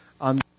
on